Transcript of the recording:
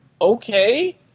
okay